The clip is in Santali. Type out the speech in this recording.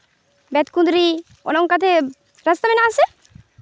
ᱵᱮᱸᱛᱠᱩᱫᱽᱨᱤ ᱚᱱᱮ ᱚᱱᱠᱟᱛᱮ ᱨᱟᱥᱛᱟ ᱢᱮᱱᱟᱜ ᱟᱥᱮ